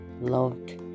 loved